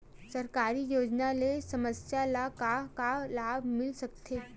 सरकारी योजना ले समस्या ल का का लाभ मिल सकते?